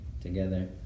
together